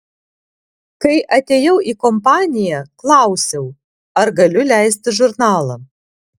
kai atėjau į kompaniją klausiau ar galiu leisti žurnalą